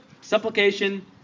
supplication